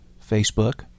Facebook